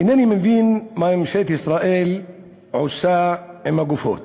אינני מבין מה ממשלת ישראל עושה עם הגופות.